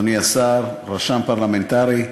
אדוני השר, רשם פרלמנטרי,